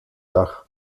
dach